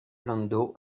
landau